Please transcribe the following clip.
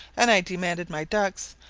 and i demanded my ducks,